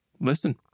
listen